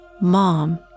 Mom